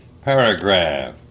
paragraph